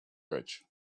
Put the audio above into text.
bridge